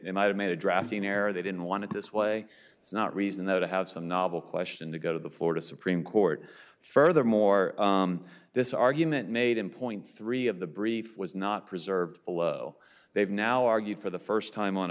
they might have made a drafting error they didn't want this way it's not reason though to have some novel question to go to the florida supreme court furthermore this argument made in point three of the brief was not preserved below they've now argued for the first time on